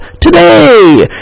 today